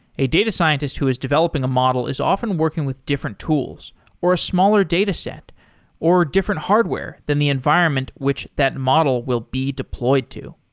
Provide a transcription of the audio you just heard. a data scientist who is developing a model is often working with different tools or a smaller data set or different hardware than the environment which that model will be deployed to.